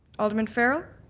alderman curragh,